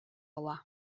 ала